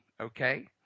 okay